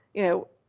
you know,